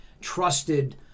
trusted